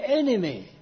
enemy